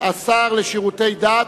השר לשירותי דת